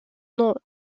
nom